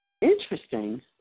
Interesting